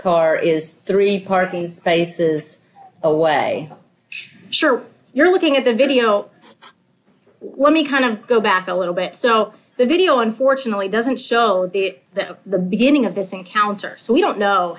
car is three parking spaces away sure you're looking at the video let me kind of go back a little bit so the video unfortunately doesn't show that the beginning of this encounter so we don't know